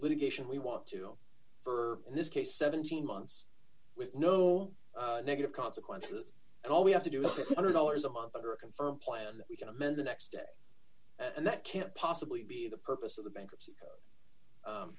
litigation we want to for in this case seventeen months with no negative consequences and all we have to do is get the dollars a month or a confirm plan that we can amend the next day and that can't possibly be the purpose of the bankruptcy